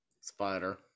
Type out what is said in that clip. spider